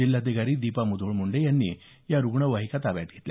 जिल्हाधिकारी दीपा मुधोळ मुंडे यांनी या रुग्णावाहिका ताब्यात घेतल्या